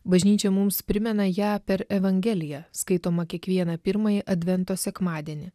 bažnyčia mums primena ją per evangeliją skaitomą kiekvieną pirmąjį advento sekmadienį